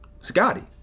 Scotty